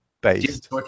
based